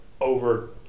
Over